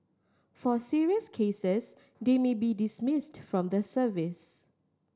for serious cases they may be dismissed from the service